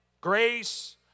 grace